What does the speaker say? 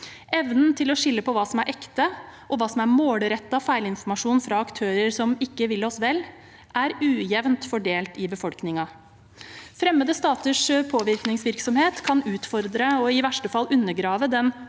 Evnen til å skille mellom hva som er ekte, og hva som er målrettet feilinformasjon fra aktører som ikke vil oss vel, er ujevnt fordelt i befolkningen. Fremmede staters påvirkningsvirksomhet kan utfordre og i verste fall undergrave den